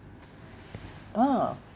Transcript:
oh